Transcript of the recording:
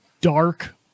dark